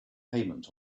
payment